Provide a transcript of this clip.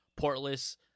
portless